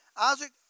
Isaac